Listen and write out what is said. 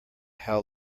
how